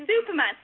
Superman